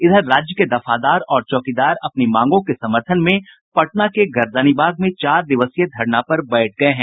इधर राज्य के दफादार और चौकीदार अपनी मांगों के समर्थन में पटना के गर्दनीबाग में चार दिवसीय धरना पर बैठ गये हैं